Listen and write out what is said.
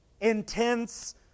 intense